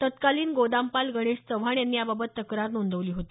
तत्कालिन गोदामपाल गणेश चव्हाण यांनी याबाबत तक्रार नोंदवली होती